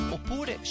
Oppure